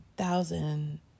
thousand